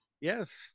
Yes